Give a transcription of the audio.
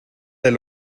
del